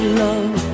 love